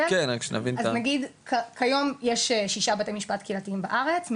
כיום יש שישה בתי משפט קהילתיים בארץ,